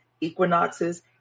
equinoxes